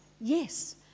Yes